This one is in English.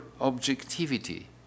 objectivity